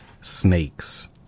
Snakes